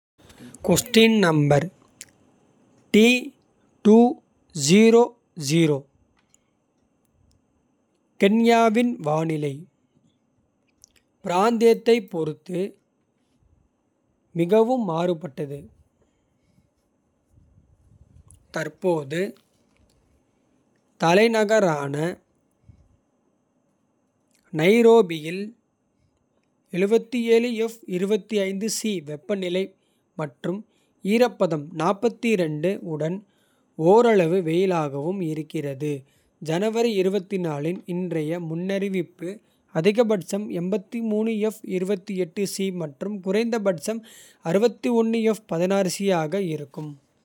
கென்யாவின் வானிலை பிராந்தியத்தைப் பொறுத்து. மிகவும் மாறுபட்டது தற்போது ​​தலைநகரான நைரோபியில். வெப்பநிலை மற்றும் ஈரப்பதம். உடன் ஓரளவு வெயிலாகவும் இருக்கிறது ஜனவரி. இன் இன்றைய முன்னறிவிப்பு அதிகபட்சம். மற்றும் குறைந்தபட்சம் ஆக இருக்கும்.